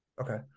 Okay